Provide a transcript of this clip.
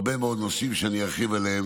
הרבה מאוד נושאים שאני ארחיב עליהם